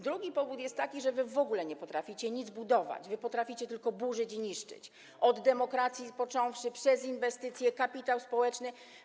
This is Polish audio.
Drugi powód jest taki, że w ogóle nie potraficie nic budować, potraficie tylko burzyć i niszczyć, od demokracji począwszy, po inwestycje, kapitał społeczny.